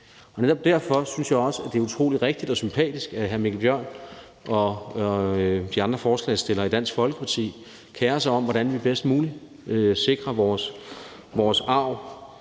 Netop derfor synes jeg også, det er utrolig rigtigt og sympatisk. at hr. Mikkel Bjørn og de andre forslagsstillere i Dansk Folkeparti kerer sig om, hvordan vi bedst muligt sikrer vores arv,